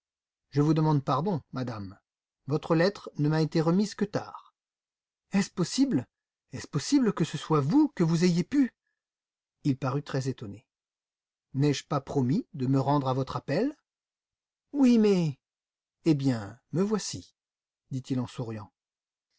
je vous demande pardon madame votre lettre ne m'a été remise que tard est-ce possible est-ce possible que ce soit vous que vous ayez pu il parut très étonné n'avais-je pas promis de me rendre à votre appel oui mais eh bien me voici dit-il en souriant